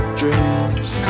dreams